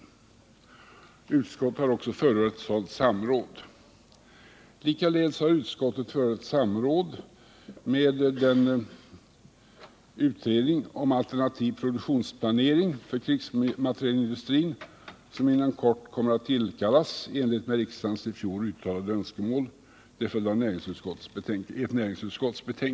Utskottet har också förordat ett sådant samråd. Likaledes har utskottet förordat ett samråd med den utredning om alternativ produktionsplanering för krigsmaterielindustrin som inom kort kommer att tillkallas i enlighet med riksdagens i fjol uttalade önskemål på grundval av ett betänkande från näringsutskottet.